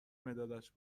مدادش